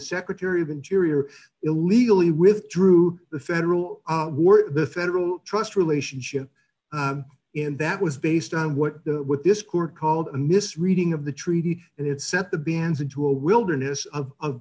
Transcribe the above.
secretary of interior illegally withdrew the federal the federal trust relationship and that was based on what what this court called a misreading of the treaty and it set the bans into a wilderness of